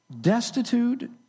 destitute